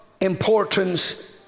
importance